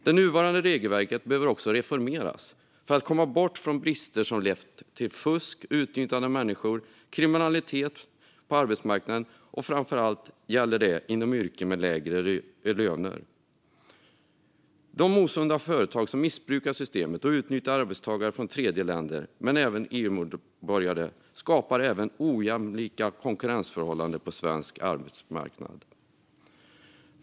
Det nuvarande regelverket behöver också reformeras för att komma bort från brister som har lett till fusk, utnyttjande av människor och kriminalitet på arbetsmarknaden. Framför allt gäller det inom yrken med lägre löner. De osunda företag som missbrukar systemet och utnyttjar arbetstagare från tredjeländer, men även EU-medborgare, skapar ojämlika konkurrensförhållanden på svensk arbetsmarknad.